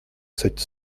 sept